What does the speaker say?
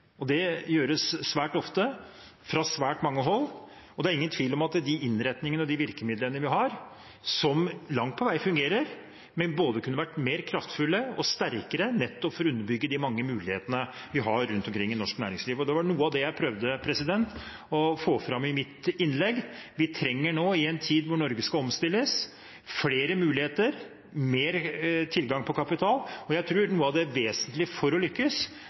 Det gjøres svært ofte, fra svært mange hold, og det er ingen tvil om at de innretningene og de virkemidlene vi har – som langt på vei fungerer – kunne vært både mer kraftfulle og sterkere nettopp for å underbygge de mange mulighetene vi har rundt omkring i norsk næringsliv. Det var noe av det jeg prøvde å få fram i mitt innlegg. Vi trenger nå – i en tid der Norge skal omstilles – flere muligheter og mer tilgang på kapital. Jeg tror noe av det vesentlige for å lykkes